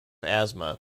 asthma